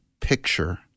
picture